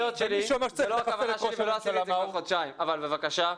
עשיתי את זה כבר חודשיים, אבל בבקשה.